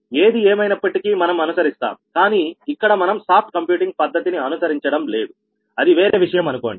ఏది ఏమైనప్పటికీ మనం అనుసరిస్తాం కానీ ఇక్కడ మనం సాఫ్ట్ కంప్యూటింగ్ పద్ధతిని అనుసరించడం లేదు అది వేరే విషయం అనుకోండి